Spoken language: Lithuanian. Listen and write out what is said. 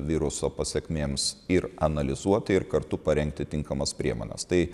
viruso pasekmėms ir analizuoti ir kartu parengti tinkamas priemones tai